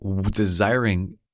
desiring